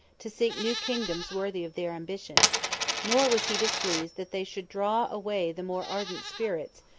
to seek new kingdoms worthy of their ambition nor was he displeased that they should draw away the more ardent spirits,